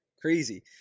Crazy